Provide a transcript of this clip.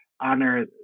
honor